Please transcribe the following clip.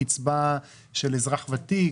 שקצבה של אזרח ותיק,